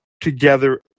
together